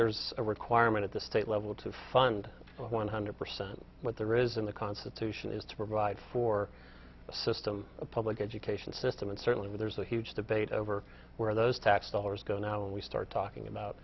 there's a requirement at the state level to fund one hundred percent what there is in the constitution is to provide for a system a public education system and certainly there's a huge debate over where those tax dollars go now and we start talking about